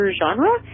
genre